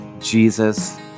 Jesus